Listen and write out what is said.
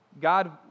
God